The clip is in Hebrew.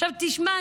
עכשיו תשמע,